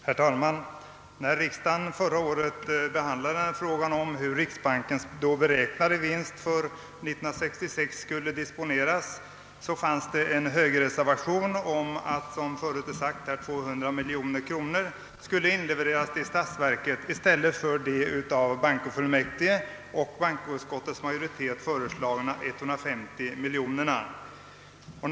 Herr talman! När riksdagen förra året behandlade frågan om hur riksbankens beräknade vinst för år 1966 skulle disponeras hade man att ta ställning till en högerreservation i vilken hemställdes att, såsom tidigare påpekats, 200 miljoner kronor skulle inlevereras till statsverket i stället för av bankofullmäktige och bankoutskottets majoritet föreslagna 150 miljoner kronor.